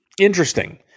Interesting